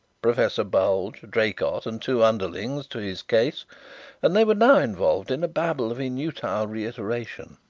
professor bulge, draycott and two underlings to his case and they were now involved in a babel of inutile reiteration.